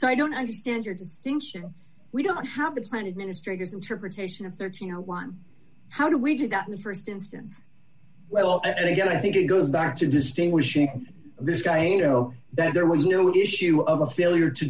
so i don't understand your distinction we don't have a plan administrator interpretation of thirteen or one how do we do that in the st instance well again i think it goes back to distinguishing this guy you know that there was no issue of a failure to